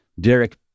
Derek